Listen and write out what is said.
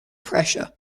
pressure